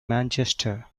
manchester